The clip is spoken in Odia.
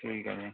ଠିକ୍ ଅଛେ